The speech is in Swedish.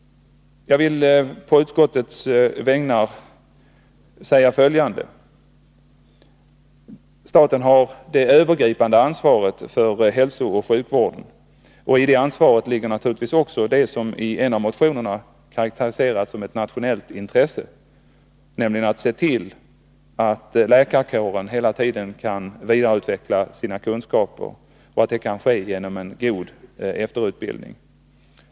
Jag vill på utskottets vägnar säga följande. Staten har det övergripande ansvaret för hälsooch sjukvården. I det ansvaret ligger naturligtvis också det som i en av motionerna karakteriseras som ett nationellt intresse, nämligen att se till att läkarkåren hela tiden kan vidareutveckla sina kunskaper och att det kan ske genom en god efterutbildning.